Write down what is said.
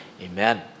Amen